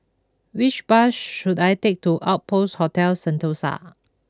which bus should I take to Outpost Hotel Sentosa